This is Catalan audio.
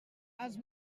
els